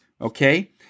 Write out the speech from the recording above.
Okay